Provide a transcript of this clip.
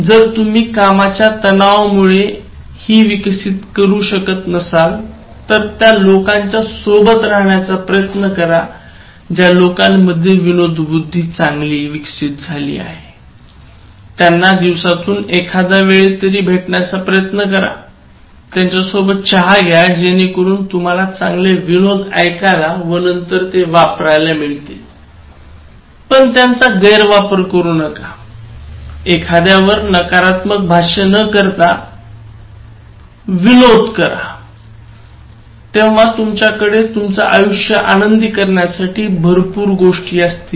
जर तुम्ही कामाच्यतणावामुळे हि विकसित करू शकत नसाल तर त्या लोकांच्या सोबत राहण्याचा प्रयत्न करा ज्या लोकांमध्ये विनोदबुद्धी चांगली विकसित झाली आहे त्यांना दिवसातून एखाद वेळी तरी भेटण्याचा प्रयत्न करा त्यांच्यासोबत चहा घ्या जेणेकरून तुम्हाला चांगले विनोद ऐकायला व नंतर ते वापरायला मिळतील पण त्यांचा गैरवापर करू नका एखाद्यावर नकारात्मक भाष्य न करता विनोद करा तेव्हा तुमच्याकडे तुमचं आयुष्य आनंदी करण्यासाठी भरपूर गोष्टी असतील